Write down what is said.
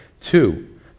Two